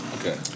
Okay